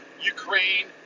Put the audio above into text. Ukraine